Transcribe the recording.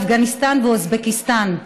אפגניסטן ואוזבקיסטן.